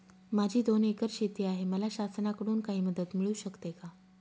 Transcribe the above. माझी दोन एकर शेती आहे, मला शासनाकडून काही मदत मिळू शकते का?